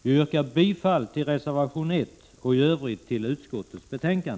Jag yrkar bifall till reservation 1 och i övrigt till utskottets hemställan.